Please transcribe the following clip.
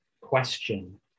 question